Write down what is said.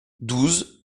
douze